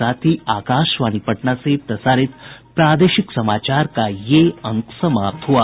इसके साथ ही आकाशवाणी पटना से प्रसारित प्रादेशिक समाचार का ये अंक समाप्त हुआ